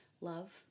Love